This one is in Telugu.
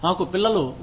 మాకు పిల్లలు ఉన్నారు